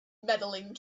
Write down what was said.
medaling